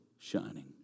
Shining